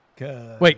Wait